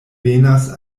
venas